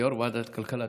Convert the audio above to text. כיו"ר ועדת הכלכלה,